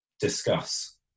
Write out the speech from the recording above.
discuss